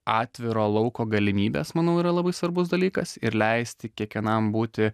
atviro lauko galimybes manau yra labai svarbus dalykas ir leisti kiekvienam būti